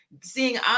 seeing